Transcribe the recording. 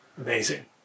Amazing